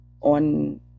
on